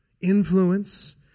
influence